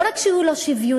לא רק שהוא לא שוויוני,